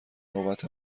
نوبت